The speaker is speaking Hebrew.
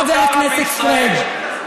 חבר הכנסת פריג',